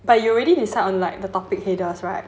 but you already decide on like the topic headers right